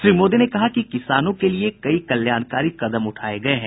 श्री मोदी ने कहा कि किसानों के लिए कई कल्याणकारी कदम उठाए गए है